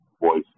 voice